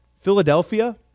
Philadelphia